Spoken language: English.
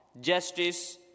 justice